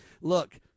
Look